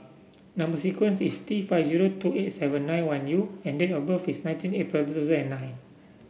number sequence is T five zero two eight seven nine one U and date of birth is nineteen April two thousand and nine